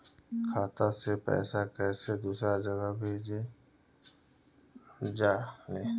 खाता से पैसा कैसे दूसरा जगह कैसे भेजल जा ले?